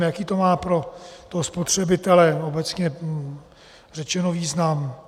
Jaký to má pro toho spotřebitele, obecně řečeno, význam?